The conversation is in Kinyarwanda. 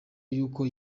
y’uko